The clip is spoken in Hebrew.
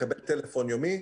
מקבל טלפון יומי,